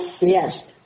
Yes